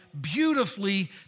beautifully